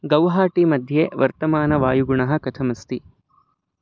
गौहाटी मध्ये वर्तमानवायुगुणः कथमस्ति